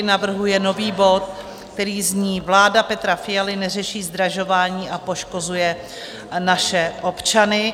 Navrhuje nový bod, který zní: Vláda Petra Fialy neřeší zdražování a poškozuje naše občany.